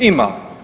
Ima.